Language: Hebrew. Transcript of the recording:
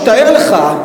תאר לך,